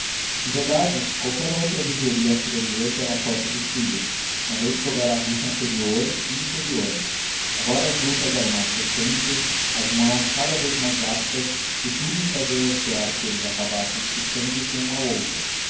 em verdade qualquer outra viveria a tremer pela sorte dos filhos uma vez que houvera a rixa anterior e interior agora as lutas eram mais frequentes as mãos cada vez mais aptas e tudo fazia recear que eles acabassem estripando se um ao outro